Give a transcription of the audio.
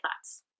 thoughts